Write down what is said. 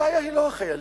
הבעיה היא לא החיילים.